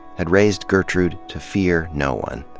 had raised gertrude to fear no one.